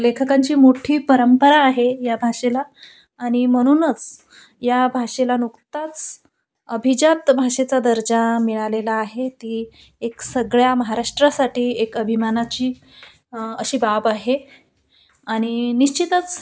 लेखकांची मोठी परंपरा आहे या भाषेला आणि म्हनूनच या भाषेला नुकताच अभिजात भाषेचा दर्जा मिळालेला आहे ती एक सगळ्या महाराष्ट्रासाठी एक अभिमानाची अशी बाब आहे आणि निश्चितच